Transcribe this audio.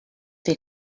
fer